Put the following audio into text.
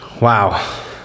wow